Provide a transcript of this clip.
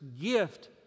Gift